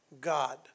God